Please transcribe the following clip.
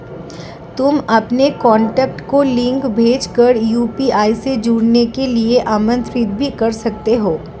तुम अपने कॉन्टैक्ट को लिंक भेज कर यू.पी.आई से जुड़ने के लिए आमंत्रित भी कर सकते हो